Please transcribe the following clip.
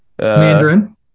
Mandarin